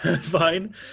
fine